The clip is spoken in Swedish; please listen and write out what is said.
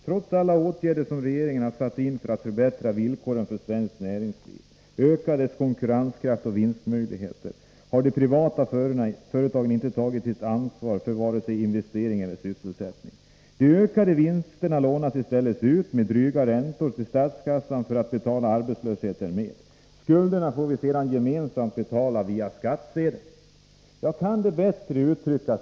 Trots alla åtgärder som regeringen har satt in för att förbättra villkoren för svenskt näringsliv, öka dess konkurrenskraft och vinstmöjligheter, har de privata företagen inte tagit sitt ansvar för vare sig investeringarna eller sysselsättningen. De ökade vinsterna lånas i stället ut, med dryga räntor, till statskassan för att betala arbetslösheten med. Skulderna får vi sedan gemensamt betala via skattsedeln.” Kan det uttryckas bättre?